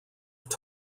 have